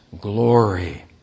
glory